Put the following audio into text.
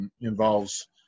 involves